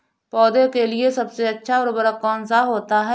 पौधे के लिए सबसे अच्छा उर्वरक कौन सा होता है?